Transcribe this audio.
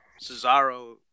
Cesaro